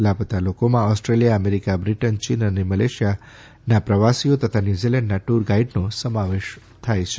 લાપતા લોકોમાં Australia America Britain ચીન અને મલેશિયા પ્રવાસીઓ તથા ન્યુઝીલેન્ડ ના ટુર ગાઇડ નો સમાવેશ થાય છે